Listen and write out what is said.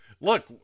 Look